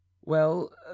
Well